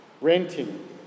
renting